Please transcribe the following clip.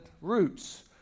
roots